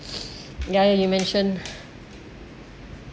ya you mention